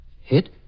Hit